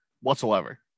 whatsoever